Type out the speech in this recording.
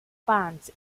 bands